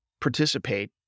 participate